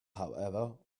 however